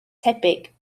tebyg